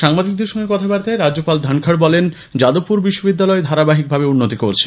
সাংবাদিকদের সঙ্গে কথাবার্তায় রাজ্যপাল ধনখড় বলেন যাদবপুর বিশ্ববিদ্যালয় ধারাবাহিকভাবে উন্নতি করছে